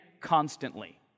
constantly